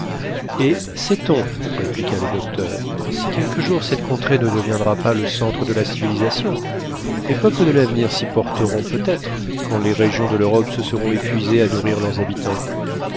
et sait-on répliqua le docteur si quelque jour cette contrée ne deviendra pas le centre de la civilisation les peuples de l'avenir s'y porteront peut-être quand les régions de l'europe se seront épuisées à nourrir leurs habitants